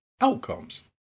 outcomes